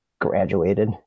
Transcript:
Graduated